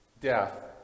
death